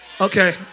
Okay